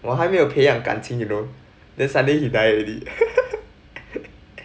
我还没有培养感情 you know then suddenly he die already